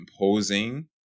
imposing